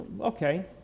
Okay